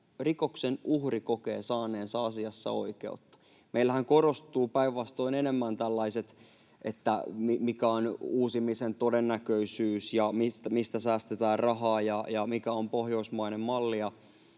rikoksen uhri kokee saaneensa asiassa oikeutta. Meillähän korostuvat päinvastoin enemmän tällaiset, mikä on uusimisen todennäköisyys ja mistä säästetään rahaa ja mikä on pohjoismainen malli.